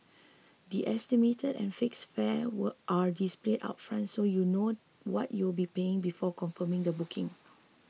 the estimated and fixed fares were are displayed upfront so you know what you'll be paying before confirming a booking